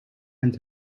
and